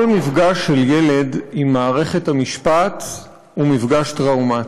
כל מפגש של ילד עם מערכת המשפט הוא מפגש טראומתי.